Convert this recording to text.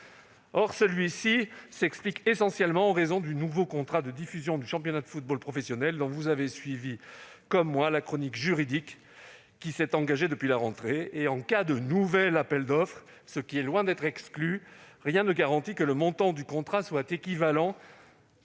Or celui-ci s'explique essentiellement par le nouveau contrat de diffusion du championnat de football professionnel, dont chacun ici aura suivi la chronique juridique qui s'est engagée depuis la rentrée. En cas de nouvel appel d'offres, lequel est loin d'être exclu, rien ne garantit que le montant du contrat soit équivalent,